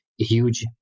huge